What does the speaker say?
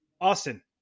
Austin